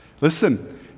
Listen